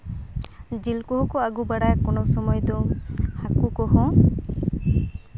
ᱡᱤᱞ ᱠᱚᱦᱚᱸ ᱠᱚ ᱟᱹᱜᱩ ᱵᱟᱲᱟᱭᱟ ᱠᱳᱱᱳ ᱥᱚᱢᱚᱭᱫᱚ ᱦᱟᱹᱠᱩ ᱠᱚᱦᱚᱸ